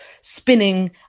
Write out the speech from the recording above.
spinning